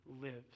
lives